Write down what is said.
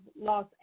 Los